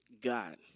God